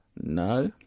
No